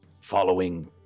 following